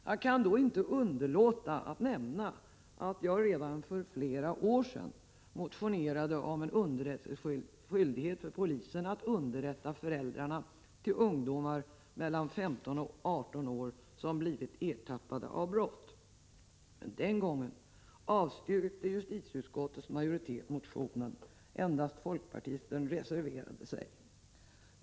Jag kan inte underlåta att nämna att jag redan för flera år sedan motionerade om skyldighet för polisen att underrätta föräldrarna till ungdomar mellan 15 och 18 år som blivit ertappade med brott. Den gången avstyrkte justitieutskottets majoritet motionen, och endast folkpartiet reserverade sig.